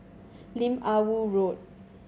Lim Ah Woo Road